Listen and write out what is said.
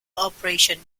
operation